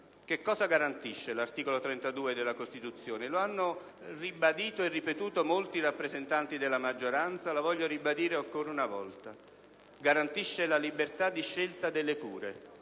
cosa garantisce l'articolo 32 della Costituzione? Lo hanno ripetuto molti rappresentanti della maggioranza ed io lo voglio ribadire ancora una volta: garantisce la libertà di scelta delle cure.